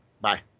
Bye